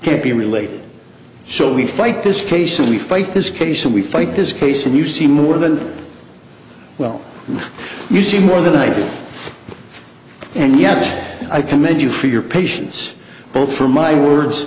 can't be related so we fight this case and we fight this case and we fight his case and you see more than well you see more than i do and yet i commend you for your patience both for my words